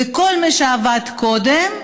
ולכל מי שעבד קודם,